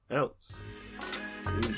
else